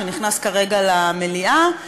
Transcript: שנכנס כרגע למליאה,